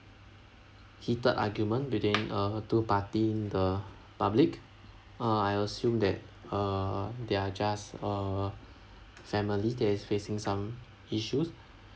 heated argument within uh two party in the public uh I assume that uh they're just uh families that is facing some issues